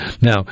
now